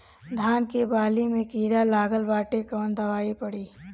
धान के बाली में कीड़ा लगल बाड़े कवन दवाई पड़ी?